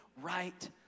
right